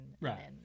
right